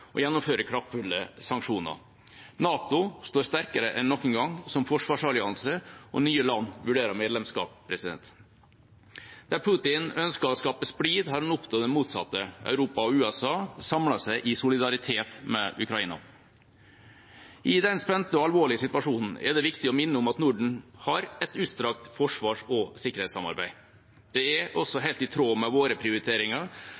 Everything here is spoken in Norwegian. og gjennomfører kraftfulle sanksjoner. NATO står sterkere enn noen gang som forsvarsallianse, og nye land vurderer medlemskap. Der Putin ønsket å skape splid, har han oppnådd det motsatte. Europa og USA samler seg i solidaritet med Ukraina. I den spente og alvorlige situasjonen er det viktig å minne om at Norden har et utstrakt forsvars- og sikkerhetssamarbeid. Det var også helt i tråd med våre prioriteringer